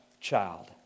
child